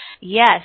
Yes